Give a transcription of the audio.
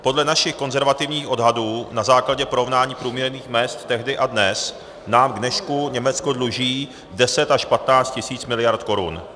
Podle našich konzervativních odhadů na základě porovnání průměrných mezd tehdy a dnes nám k dnešku Německo dluží 10 až 15 tisíc miliard korun.